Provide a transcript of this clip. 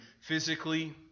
physically